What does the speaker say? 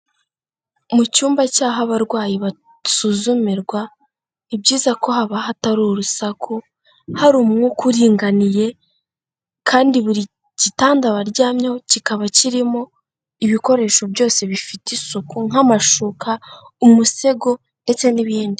Mu cyumba cy'aho abarwayi basuzumirwa, ni byiza ko haba hatari urusaku, hari umwuka uringaniye kandi buri gitanda baryamye kikaba kirimo ibikoresho byose bifite isuku nk'amashuka, umusego ndetse n'ibindi.